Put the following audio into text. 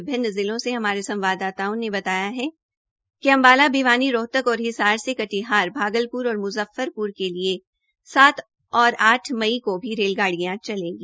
विभिन्न जिलों से हमारे संवाददाताओं ने बताया कि अम्बाला भिवानी रोहतक और हिसा से कटिहार भागलप्र और म्ज़फ्फरप्र के लिए सात और आठ मई को भी रेलगाड़ियां चलेगी